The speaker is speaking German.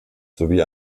sowie